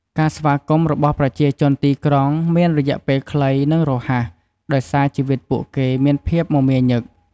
ការស្វាគមន៍របស់ប្រជាជនទីក្រុង មានរយៈពេលខ្លី និងរហ័ស ដោយសារជីវិតពួកគេមានភាពមមាញឹក។